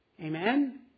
Amen